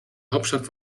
hauptstadt